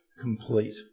complete